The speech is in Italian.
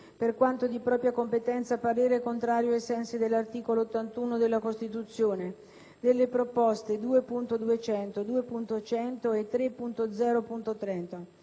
per quanto di competenza, parere contrario, ai sensi dell’articolo 81 della Costituzione, sulle proposte 2.200, 2.100 e 3.0.30.